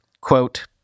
Quote